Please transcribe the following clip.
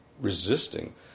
resisting